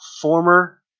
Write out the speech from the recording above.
former